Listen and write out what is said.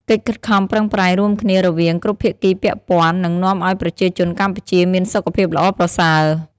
កិច្ចខិតខំប្រឹងប្រែងរួមគ្នារវាងគ្រប់ភាគីពាក់ព័ន្ធនឹងនាំឱ្យប្រជាជនកម្ពុជាមានសុខភាពល្អប្រសើរ។